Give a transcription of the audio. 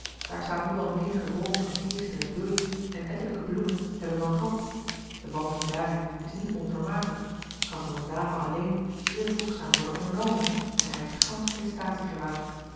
daar staat nu al menigen boom en heester in bloei en ettelijke bloemen hebben al knop de wandeling daarin is niet onvermakelijk kan door eene dame alleen zeer voegzaam worden ondernomen en eischt gansch geen